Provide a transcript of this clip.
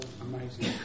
amazing